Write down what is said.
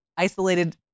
Isolated